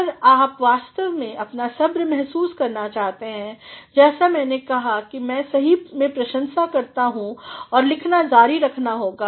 अगर आप वास्तव में अपना सब्र महसूस करना चाहते हैं जैसा मैने कहा है मै सही में प्रशंसा चाहता हूँ आपको लिखना जारी रखना होगा